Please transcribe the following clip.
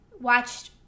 watched